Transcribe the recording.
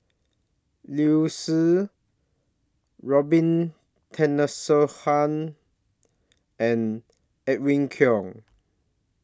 Liu Si Robin Tessensohn and Edwin Koek